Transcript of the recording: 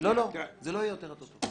לא לא, לא יהיה יותר הטוטו.